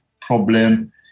problem